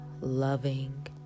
loving